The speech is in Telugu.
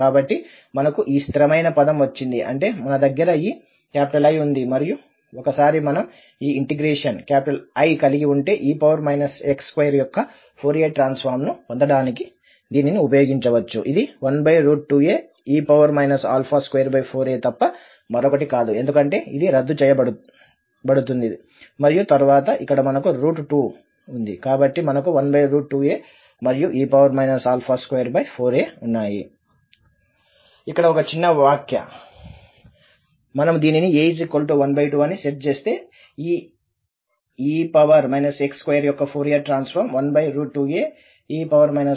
కాబట్టి మనకు ఈ స్థిరమైన పదం వచ్చింది అంటే మన దగ్గర ఈ I ఉంది మరియు ఒకసారి మనం ఈ ఇంటెగ్రేషన్ I కలిగి ఉంటే e ax2యొక్క ఫోరియర్ ట్రాన్స్ఫార్మ్ను పొందడానికి దీనిని ఉపయోగించవచ్చు ఇది 12ae 24a తప్ప మరొకటి కాదు ఎందుకంటే ఇది రద్దు చేయబడుతుంది మరియు తరువాత ఇక్కడ మనకు 2 ఉంది కాబట్టి మనకు 12a మరియుe 24a ఉన్నాయి ఇక్కడ ఒక చిన్న వ్యాఖ్య మనము దీనిని a12 అని సెట్ చేస్తే ఈ e ax2 యొక్క ఫోరియర్ ట్రాన్సఫార్మ్ 12ae 24a అవుతుంది